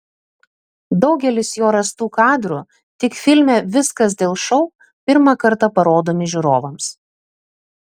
daugelis jo rastų kadrų tik filme viskas dėl šou pirmą kartą parodomi žiūrovams